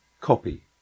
copy